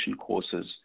courses